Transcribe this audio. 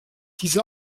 diese